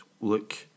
look